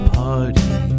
party